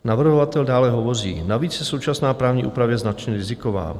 Navrhovatel dále hovoří: Navíc je současná právní úprava značně riziková.